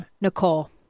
Nicole